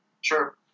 Sure